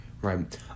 right